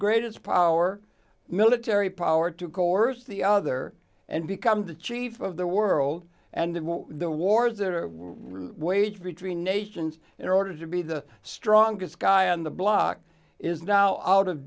greatest power military power to coerce the other and become the chief of the world and the wars are waged between nations in order to be the strongest guy on the block is now out of